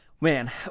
Man